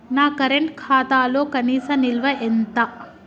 నా కరెంట్ ఖాతాలో కనీస నిల్వ ఎంత?